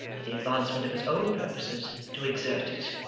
for the advancement of his own purposes, to exert it.